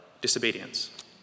disobedience